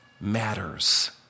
matters